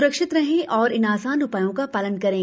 स्रक्षित रहें और इन आसान उपायों का पालन करें